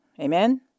Amen